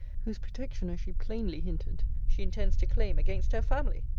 whose protection, as she plainly hinted, she intends to claim against her family.